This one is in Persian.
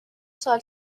سال